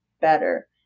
better